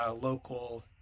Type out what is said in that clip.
local